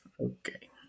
Okay